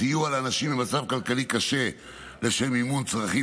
סיוע לאנשים במצב כלכלי קשה לשם מימון צרכים